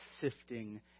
sifting